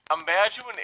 imagine